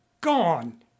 gone